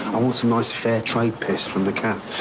i want some nice fair-trade piss from the caff.